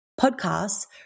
podcasts